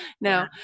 No